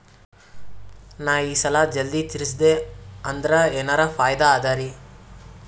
ನಾ ಈ ಸಾಲಾ ಜಲ್ದಿ ತಿರಸ್ದೆ ಅಂದ್ರ ಎನರ ಫಾಯಿದಾ ಅದರಿ?